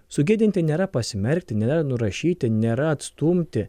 sugėdinti nėra pasmerkti nėra nurašyti nėra atstumti